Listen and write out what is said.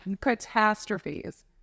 catastrophes